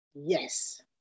yes